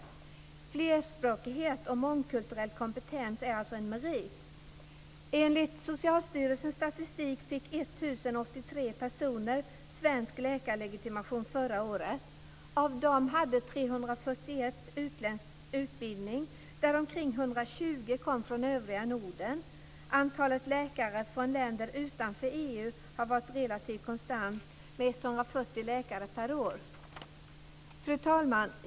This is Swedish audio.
Flerspråkighet och mångkulturell kompetens är alltså en merit. har varit relativt konstant med 140 läkare per år. Fru talman!